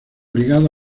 ligado